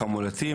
חמולתי,